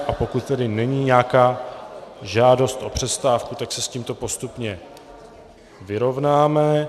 A pokud tedy není nějaká žádost o přestávku, tak se s tímto postupně vyrovnáme.